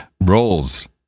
Rolls